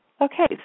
okay